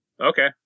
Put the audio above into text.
Okay